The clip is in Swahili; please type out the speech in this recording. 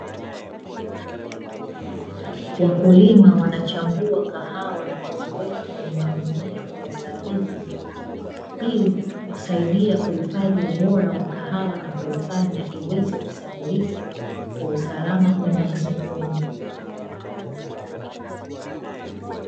Wakulima wanachambua kahawa na kuziweka kwenye magunia kwa usahihi. Hii usaidia kuhifadhi ubora wa kahawa na kuifanya iweze kusafirisha kwa usalama kwenda masokoni.